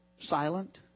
silent